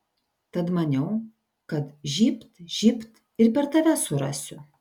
tad maniau kad žybt žybt ir per tave surasiu